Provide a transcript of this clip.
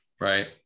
right